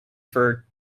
for